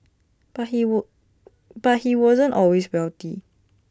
but he but he wasn't always wealthy